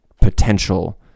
potential